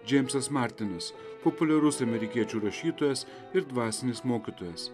džeimsas martinas populiarus amerikiečių rašytojas ir dvasinis mokytojas